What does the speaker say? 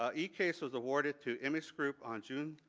ah ecase was awarded to image group on june,